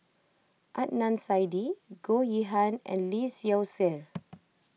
Adnan Saidi Goh Yihan and Lee Seow Ser